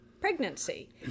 pregnancy